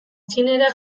txinera